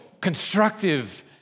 constructive